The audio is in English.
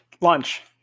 lunch